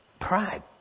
pride